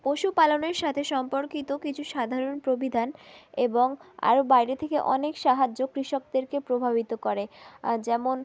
পশুপালনের সাথে সম্পর্কিত কিছু সাধারণ প্রবিধান এবং আরো বাইরে থেকে অনেক সাহায্য কৃষকদেরকে প্রভাবিত করে যেমন